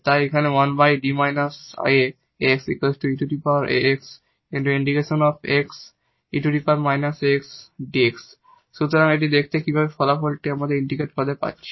তাই এখানে সুতরাং এটি দেখতে কিভাবে এই ফলাফলটি আমরা ইন্টিগ্রাল টার্মে পাচ্ছি